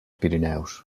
pirineus